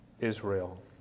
Israel